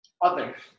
Others